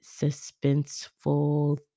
suspenseful